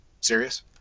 Serious